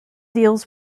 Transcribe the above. deals